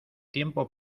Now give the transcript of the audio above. tiempo